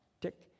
tick